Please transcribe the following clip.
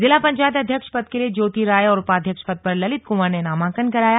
जिला पंचायत अध्यक्ष पद के लिए ज्योति राय और उपाध्यक्ष पद पर ललित कुंवर ने नामांकन कराया